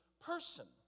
person